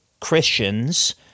Christians